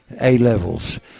A-levels